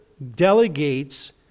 delegates